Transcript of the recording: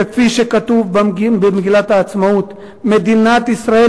כפי שכתוב במגילת העצמאות: "מדינת ישראל